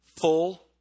Full